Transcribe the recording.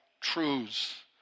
truths